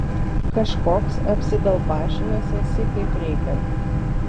kažkoks apsidalbašinęs esi kaip reikiant